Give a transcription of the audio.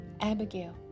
Abigail